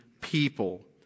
people